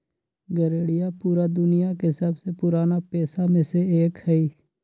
गरेड़िया पूरा दुनिया के सबसे पुराना पेशा में से एक हई